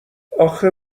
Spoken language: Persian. اخه